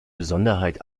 besonderheit